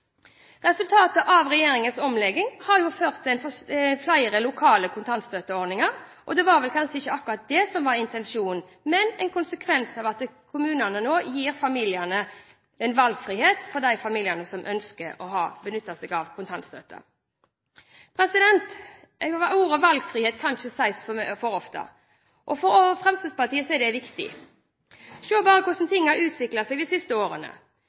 Resultatet av regjeringens omlegging har jo ført til flere lokale kontantstøtteordninger, og det var kanskje ikke akkurat det som var intensjonen, men en konsekvens av at kommunene nå gir familiene en valgfrihet for de familiene som ønsker å benytte seg av kontantstøtte. Ordet «valgfrihet» kan ikke sies for ofte, og for Fremskrittspartiet er det viktig. Se bare hvordan ting har utviklet seg de siste årene.